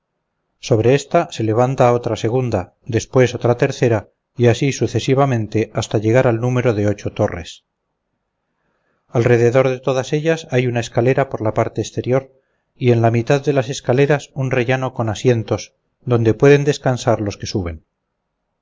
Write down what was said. sobre esta se levanta otra segunda después otra tercera y así sucesivamente hasta llegar al número de ocho torres alrededor de todas ellas hay una escalera por la parte exterior y en la mitad de las escaleras un rellano con asientos donde pueden descansar los que suben